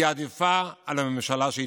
היא עדיפה על הממשלה שהתפזרה.